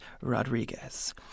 Rodriguez